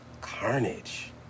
Carnage